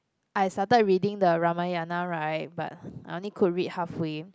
I started reading the Ramayana right but I only could read halfway